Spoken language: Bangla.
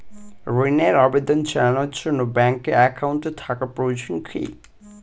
ঋণের আবেদন জানানোর জন্য ব্যাঙ্কে অ্যাকাউন্ট থাকা প্রয়োজন কী?